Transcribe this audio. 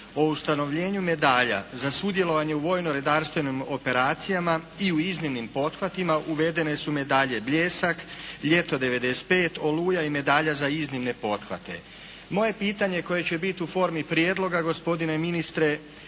o ustanovljenju medalja za sudjelovanje u vojnoredarstvenim operacijama i u iznimnim pothvatima uvedene su medalje "Bljesak", "Ljeto '95.", "Oluja" i Medalja za iznimne pothvate. Moje pitanje koje će bit u formi prijedloga gospodine ministre,